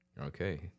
okay